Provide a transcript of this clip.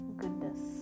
goodness